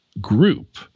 group